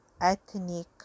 ethnic